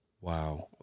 wow